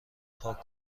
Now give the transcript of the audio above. پاک